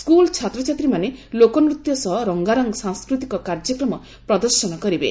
school ଛାତ୍ଛାତୀମାନେ ଲୋକନୃତ୍ୟ ସହ ରଙ୍ଗାରଙ୍ଗ ସାଂସ୍କୃତିକ କାର୍ଯ୍ୟକ୍ମ ପ୍ରଦର୍ଶନ କରିବେ